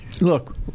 look